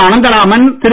Anantharaman Thiru